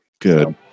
Good